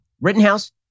Rittenhouse